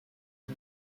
qui